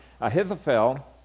Ahithophel